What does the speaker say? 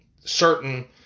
certain